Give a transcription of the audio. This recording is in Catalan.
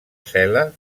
cel·la